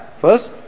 first